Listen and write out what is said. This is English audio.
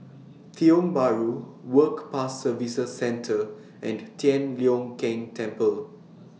Tiong Bahru Work Pass Services Centre and Tian Leong Keng Temple